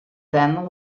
then